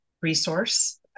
resource